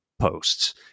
posts